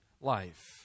life